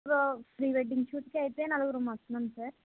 so pre wedding షూట్కి అయితే నలుగురం వస్తున్నాము సార్